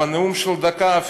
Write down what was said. אפילו בנאום של דקה,